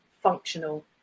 functional